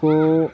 کو